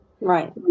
Right